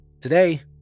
Today